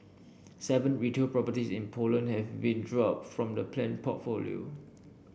seven retail properties in Poland have been dropped from the planned portfolio